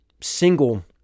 single